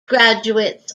graduates